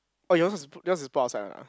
oh yours is put yours is put outside one ah